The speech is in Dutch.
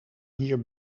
hier